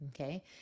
Okay